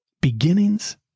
Beginnings